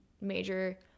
major